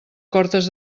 cortes